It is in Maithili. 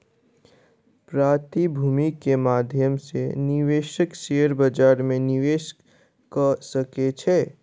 प्रतिभूति के माध्यम सॅ निवेशक शेयर बजार में निवेश कअ सकै छै